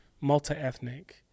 multi-ethnic